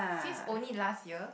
since only last year